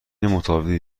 متفاوتی